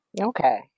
Okay